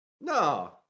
No